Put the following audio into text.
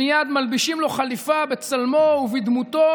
מייד מלבישים לו חליפה בצלמו ובדמותו,